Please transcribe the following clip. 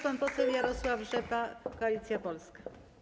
Pan poseł Jarosław Rzepa, Koalicja Polska.